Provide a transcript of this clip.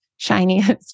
shiniest